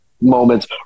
moments